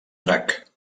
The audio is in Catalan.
drac